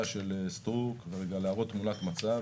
של חברת הכנסת סטרוק ולהראות תמונת מצב.